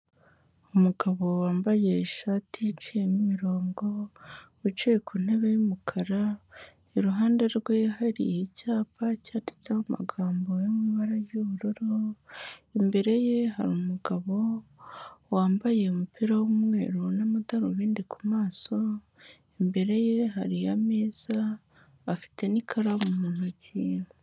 Umugabo wambaye ishati iciyemo imirongo, wicaye ku ntebe y'umukara, iruhande rwe hari icyapa cyanditseho amagambo yo mu ibara ry'ubururu, imbere ye hari umugabo wambaye umupira w'umweru n'amadarubindi ku maso, imbere ye hari ameza, afite n'ikaramu mu ntoki.